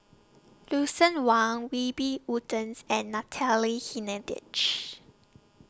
Lucien Wang Wiebe Wolters and Natalie Hennedige